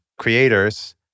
creators